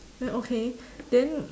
like okay then